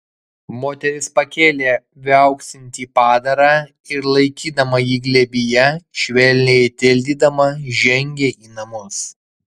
moteris pakėlė viauksintį padarą ir laikydama jį glėbyje švelniai tildydama žengė į namus